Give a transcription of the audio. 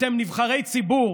אתם נבחרי ציבור